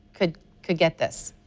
could could get this?